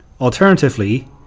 alternatively